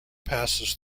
passes